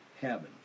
heaven